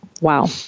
Wow